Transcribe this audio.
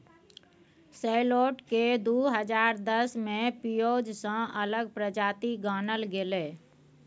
सैलोट केँ दु हजार दस मे पिओज सँ अलग प्रजाति गानल गेलै